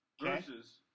versus